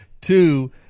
Two